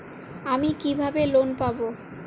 আমি কিভাবে লোন পাব?